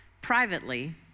privately